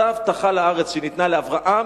אותה הבטחה לארץ שניתנה לאברהם,